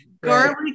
Garlic